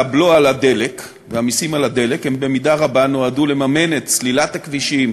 הבלו על הדלק והמסים על הדלק נועדו במידה רבה לממן את סלילת הכבישים,